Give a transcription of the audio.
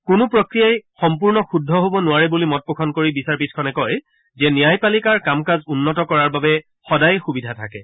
কোনো প্ৰক্ৰিয়াই সম্পূৰ্ণ শুদ্ধ হ'ব নোৱাৰে বুলি মত পোষণ কৰি বিচাৰপীঠখনে কয় যে ন্যায়পালিকাৰ কাম কাজ উন্নত কৰাৰ বাবে সদায় সুবিধা থাকে